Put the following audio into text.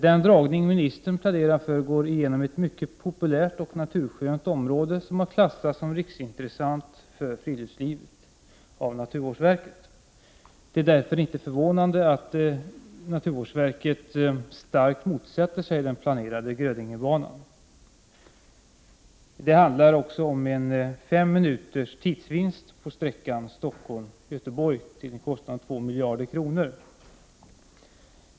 Den dragning ministern pläderar för går igenom ett mycket populärt och naturskönt område, som har klassats som riksintressant för friluftslivet av naturvårdsverket. Det är därför inte förvånande att naturvårdsverket starkt motsätter sig den planerade Grödingebanan. Det handlar också om fem minuters tidsvinst på sträckan mellan Göteborg och Stockholm till en kostnad av 2 miljarder kronor.